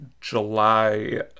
July